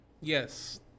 Yes